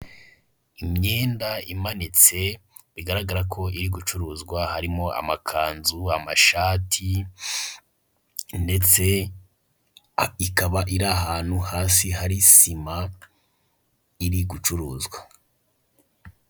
Imyenda imanitse bigaragara ko iri gucuruzwa, harimo amakanzu, amashati ndetse ikaba iri ahantu hasi hari sima iri gucuruzwa.